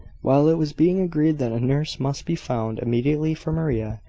while it was being agreed that a nurse must be found immediately for maria,